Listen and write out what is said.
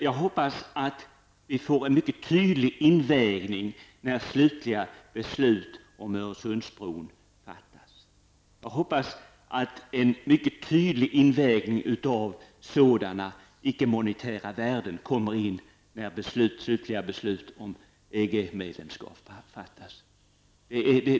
Jag hoppas att det kommer att ske en tydlig invägning när det slutliga beslutet om Öresundsbron fattas. Jag hoppas också att en mycket tydlig invägning av sådana icke monetära värden tas när det slutliga beslutet om EG medlemskap fattas.